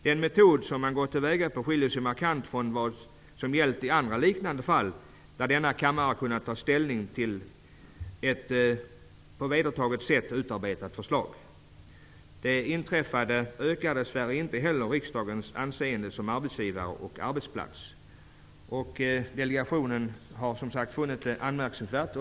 Det sätt på vilket man gått till väga skiljer sig markant från vad som gällt i andra liknande fall, där denna kammare har kunnat ta ställning till ett på vedertaget sätt utarbetat förslag. Det inträffade ökar dess värre inte riksdagens anseende som arbetsgivare och arbetsplats. Delegationen har, som sagt, funnit detta anmärkningsvärt.